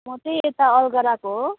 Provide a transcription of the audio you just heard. म चाहिँ यता अलगढाको हो